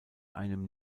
einen